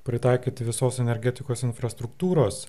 pritaikyti visos energetikos infrastruktūros